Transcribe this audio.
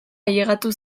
ailegatu